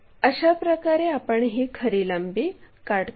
अशा प्रकारे आपण ही खरी लांबी काढतो